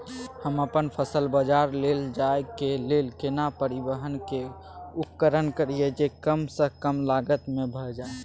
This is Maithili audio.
हम अपन फसल बाजार लैय जाय के लेल केना परिवहन के उपयोग करिये जे कम स कम लागत में भ जाय?